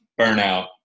burnout